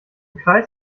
kreis